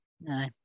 No